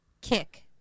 kick